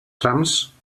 trams